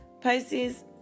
Pisces